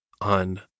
on